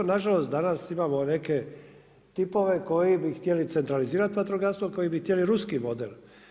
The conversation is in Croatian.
Na žalost danas imamo neke tipove koji bi htjeli centralizirati vatrogastvo, koji bi htjeli ruski model.